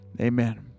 amen